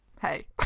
hey